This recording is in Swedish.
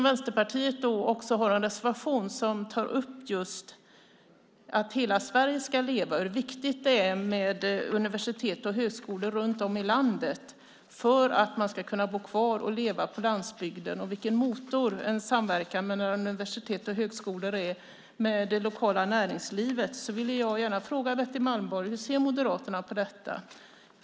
Vänsterpartiet har också en reservation om att hela Sverige ska leva och hur viktigt det är med universitet och högskolor runt om i landet för att man ska kunna bo kvar och leva på landsbygden. En samverkan med universitet och högskolor är en motor i det lokala näringslivet. Jag vill därför gärna fråga Betty Malmberg: Hur ser Moderaterna på detta?